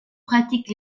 pratique